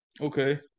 okay